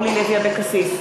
בעד אורלי לוי אבקסיס,